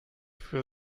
für